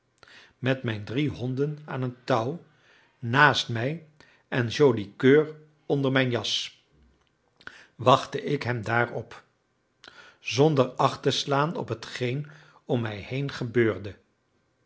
met mijn drie honden aan een touw naast mij en joli coeur onder mijn jas wachtte ik hem daar op zonder acht te slaan op hetgeen om mij heen gebeurde